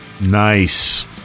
Nice